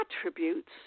attributes